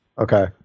Okay